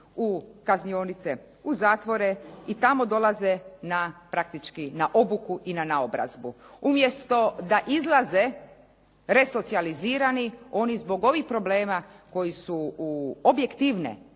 u kaznionice, u zatvore i tamo dolaze na praktički na obuku i na naobrazbu. Umjesto da izlaze resocijalizirani, oni zbog ovih problema koji su u objektivne